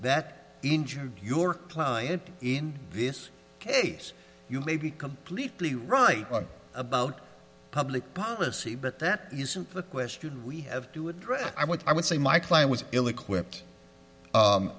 that injure your client in this case you may be completely right about public policy but that isn't the question we have to address i would i would say my client was ill equipped